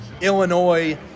Illinois